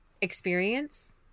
experience